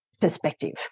Perspective